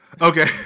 Okay